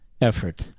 effort